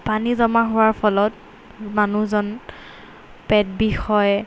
পানী জমা হোৱাৰ ফলত মানুহজন পেট বিষ হয়